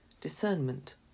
discernment